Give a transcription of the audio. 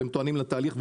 אתם טוענים לתהליך,